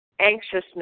anxiousness